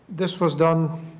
this was done